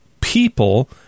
people